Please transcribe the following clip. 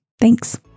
Thanks